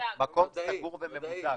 מקום סגור וממוזג.